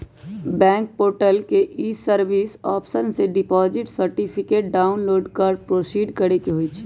bank portal के e service option में से डिपॉजिट सर्टिफिकेट डाउनलोड कर प्रोसीड करेके होइ छइ